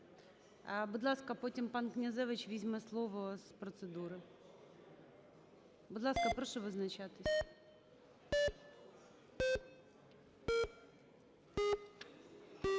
Будь ласка, потім пан Князевич візьме слово з процедури. Будь ласка, прошу визначатися. Просять відхилити.